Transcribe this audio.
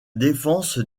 défense